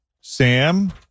Sam